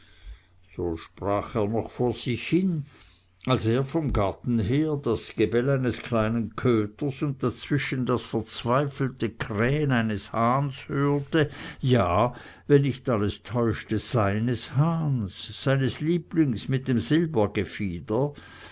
so sprach er noch vor sich hin als er vom garten her das gebell eines kleinen köters und dazwischen das verzweifelte krähen eines hahns hörte ja wenn nicht alles täuschte seines hahns seines lieblings mit dem